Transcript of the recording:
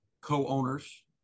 co-owners